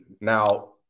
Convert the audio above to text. Now